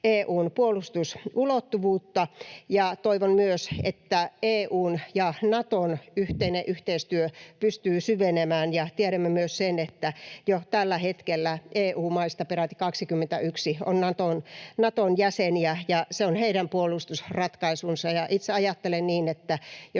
puolustusulottuvuutta, ja toivon myös, että EU:n ja Naton yhteinen yhteistyö pystyy syvenemään. Tiedämme myös sen, että jo tällä hetkellä EU-maista peräti 21 on Naton jäseniä, ja se on heidän puolustusratkaisunsa. Itse ajattelen niin, että